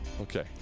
Okay